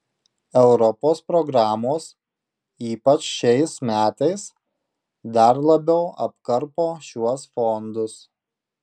europos programos ypač šiais metais dar labiau apkarpo šiuos fondus